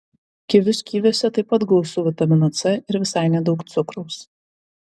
kivius kiviuose taip pat gausu vitamino c ir visai nedaug cukraus